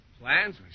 Plans